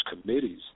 committees